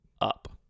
up